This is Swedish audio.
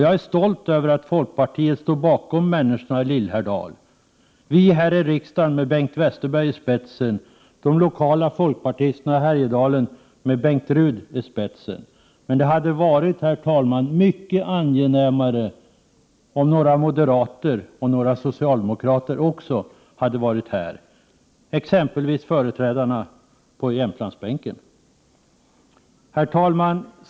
Jag är stolt över att folkpartiet står bakom människorna i Lillhärdal — vi här i riksdagen med Bengt Westerberg i spetsen och lokala folkpartister i Härjedalen med Bengt Ruud i spetsen. Herr talman! Det hade varit mycket angenämare om några moderater och några socialdemokrater också hade varit här, exempelvis företrädarna på Jämtlandsbänken. Herr talman!